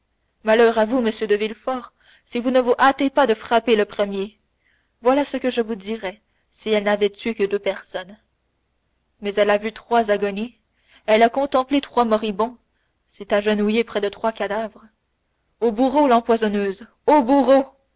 malheur à vous monsieur de villefort si vous ne vous hâtez pas de frapper le premier voilà ce que je vous dirais si elle n'avait tué que deux personnes mais elle a vu trois agonies elle a contemplé trois moribonds s'est agenouillée près de trois cadavres au bourreau l'empoisonneuse au bourreau